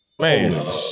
Man